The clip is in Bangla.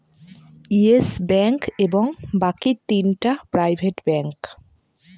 ইয়েস ব্যাঙ্ক এবং বাকি তিনটা প্রাইভেট ব্যাঙ্ক